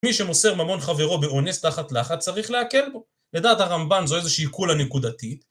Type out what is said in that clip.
מי שמוסר ממון חברו באונס תחת לחת צריך להקל בו לדעת הרמבן זו איזושהי כולה נקודתית